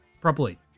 properly